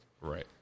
Right